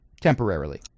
temporarily